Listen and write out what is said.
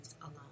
alone